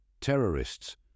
Terrorists